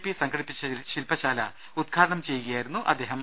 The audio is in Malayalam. പി സം ഘടിപ്പിച്ച ശില്പശാല ഉദ്ഘാടനം ചെയ്യുകയായിരുന്നു അദ്ദേഹം